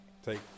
take